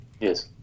Yes